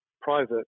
private